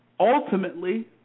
Ultimately